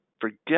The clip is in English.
forget